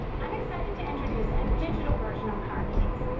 i'm excited to introduce a digital version of car keys.